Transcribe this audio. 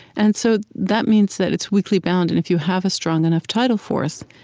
and so that means that it's weakly bound, and if you have a strong enough tidal force,